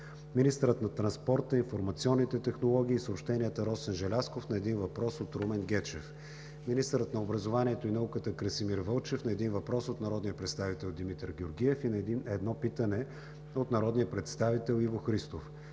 министърът на транспорта, информационните технологии и съобщенията Росен Желязков на един въпрос от Румен Гечев; - министърът на образованието и науката Красимир Вълчев на един въпрос от народния представител Димитър Георгиев и едно питане от народния представител Иво Христов;